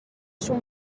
son